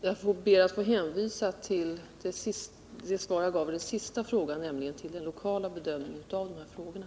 Herr talman! Jag ber att få hänvisa till det svar som jag gav i mitt senaste anförande när det gäller den lokala bedömningen av de här frågorna.